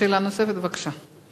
שאלה נוספת, בבקשה.